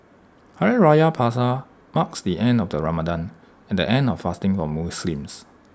Hari Raya Puasa marks the end of Ramadan and the end of fasting for Muslims